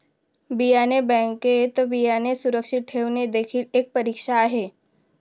बियाणे बँकेत बियाणे सुरक्षित ठेवणे देखील एक परीक्षा आहे